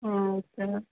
ಹಾಂ ಓಕೆ